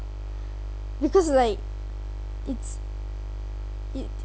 because like it's it's